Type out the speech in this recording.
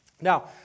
Now